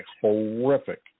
horrific